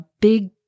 big